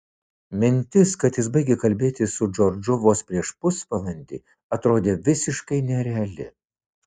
mintis kad jis baigė kalbėti su džordžu vos prieš pusvalandį atrodė visiškai nereali